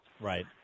Right